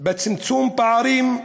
בצמצום פערים,